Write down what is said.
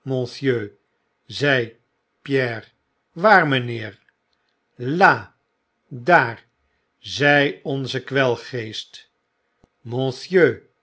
waar mijnheer l k daar zei onze kwelgeest